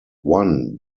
one